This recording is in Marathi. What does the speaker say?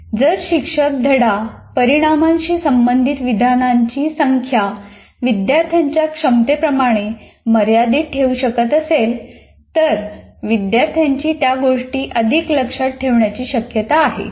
जर शिक्षक धडा परीणामांशी संबंधित विधानांची संख्या विद्यार्थ्यांच्या क्षमतेप्रमाणे मर्यादित ठेवू शकले तर विद्यार्थ्यांची त्या गोष्टी अधिक लक्षात येण्याची शक्यता आहे